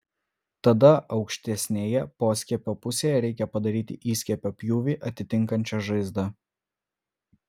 tada aukštesnėje poskiepio pusėje reikia padaryti įskiepio pjūvį atitinkančią žaizdą